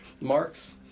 marks